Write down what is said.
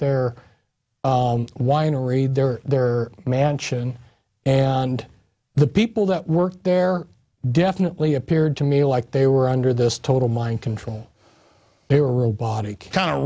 their winery they're there mansion and the people that work there definitely appeared to me like they were under this total mind control they were real body count